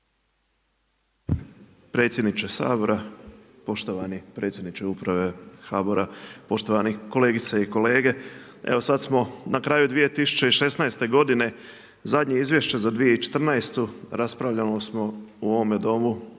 Predsjedniče Sabora, poštovani predsjedniče uprave HBOR-a, poštovani kolegice i kolege evo sad smo na kraju 2016. godine, zadnje izvješće za 2014. raspravljali smo u ovome domu